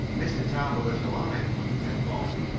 mr. tarbill is alive, said bob.